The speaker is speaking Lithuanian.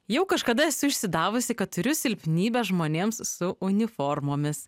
jau kažkada esu išsidavusi kad turiu silpnybę žmonėms su uniformomis